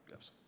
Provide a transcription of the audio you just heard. Yes